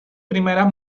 primeras